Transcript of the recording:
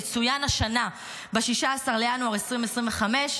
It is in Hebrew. יצוין השנה ב-16 בינואר 2025,